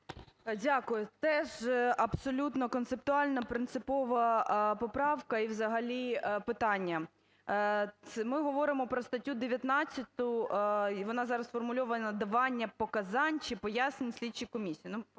Дякую. Теж абсолютно концептуально принципова поправка і взагалі питання. Ми говоримо про статтю 19. Вона зараз сформульована: "Давання показань чи пояснень слідчій комісії".